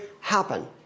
happen